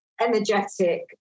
energetic